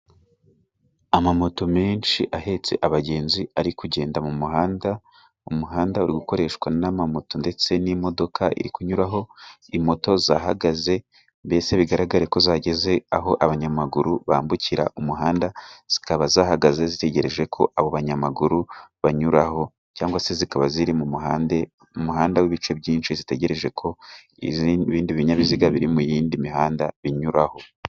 Amamoto menshi ahetse abagenzi ari kugenda mu muhanda, umuhanda uri gukoreshwa n'amamoto ndetse n'imodoka iri kunyuraho, moto zahagaze mbese bigaragare ko zageze aho abanyamaguru bambukira umuhanda, zikaba zahagaze zitegereje ko abo banyamaguru banyuraho cyangwa se zikaba ziri mu muhanda, umuhanda w'ibice byinshi zitegereje ko ibindi binyabiziga biri mu yindi mihanda binyuraho.